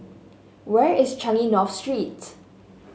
where is Changi North Street